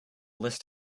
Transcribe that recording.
list